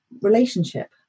relationship